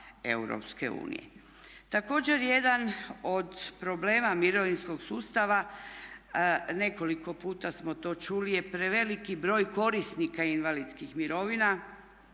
Također jedan od problema mirovinskog sustava nekoliko puta smo to čuli je preveliki broj korisnika invalidskih mirovina